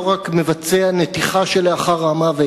לא רק מבצע נתיחה שלאחר המוות,